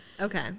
okay